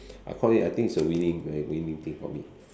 I call it I think is a winning a winning thing for me